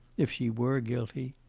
if she were guilty.